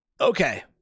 Okay